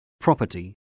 property